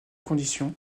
conditions